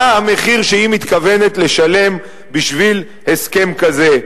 מה המחיר שהיא מתכוונת לשלם בשביל הסכם כזה.